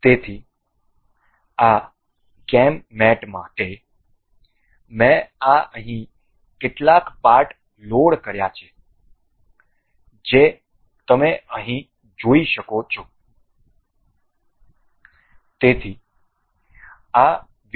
તેથી આ કેમ મેટ માટે મેં આ અહીં કેટલાક પાર્ટ લોડ કર્યા છે જે તમે અહીં જોઈ શકો છો